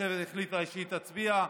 המשותפת החליטה שהיא תצביע.